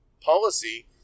policy